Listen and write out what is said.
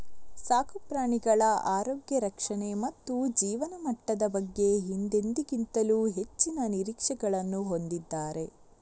ಸಾಕು ಪ್ರಾಣಿಗಳ ಆರೋಗ್ಯ ರಕ್ಷಣೆ ಮತ್ತು ಜೀವನಮಟ್ಟದ ಬಗ್ಗೆ ಹಿಂದೆಂದಿಗಿಂತಲೂ ಹೆಚ್ಚಿನ ನಿರೀಕ್ಷೆಗಳನ್ನು ಹೊಂದಿದ್ದಾರೆ